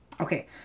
Okay